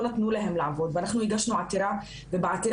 לא נתנו להן לעבוד ואנחנו הגשנו עתירה ובעתירה